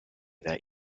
that